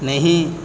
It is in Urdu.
نہیں